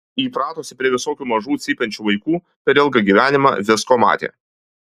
įpratusi prie visokių mažų cypiančių vaikų per ilgą gyvenimą visko matė